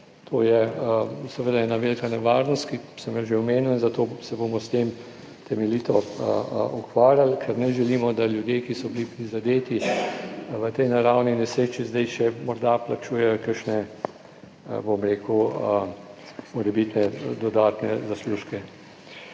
to je seveda ena velika nevarnost, ki sem jo že omenil in zato se bomo s tem temeljito ukvarjali, ker ne želimo, da ljudje, ki so bili prizadeti v tej naravni nesreči, zdaj še morda plačujejo kakšne, bom rekel, morebitne dodatne zaslužke.